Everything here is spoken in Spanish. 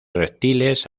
reptiles